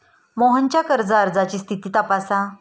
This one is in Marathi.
मोहनच्या कर्ज अर्जाची स्थिती तपासा